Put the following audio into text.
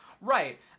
Right